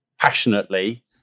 passionately